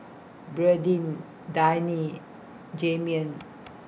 Bradyn Dayne and Jahiem